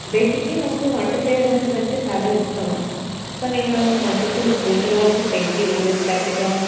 బేసిక్గా నాకు వంట చేయడం అనేది అంటే చాలా ఇష్టం సో నేను వండుతూ ఎదుటి వాళ్ళకి పెట్టి పెట్టటం